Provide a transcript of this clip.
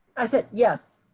i said yes.